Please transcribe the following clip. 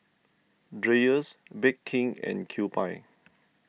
Dreyers Bake King and Kewpie